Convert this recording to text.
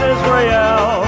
Israel